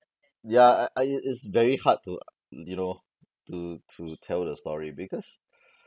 ya I I it's very hard to you know to to tell the story because